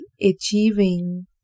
achieving